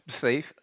safe –